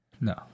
No